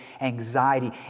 anxiety